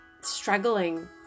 struggling